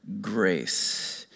grace